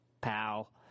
pal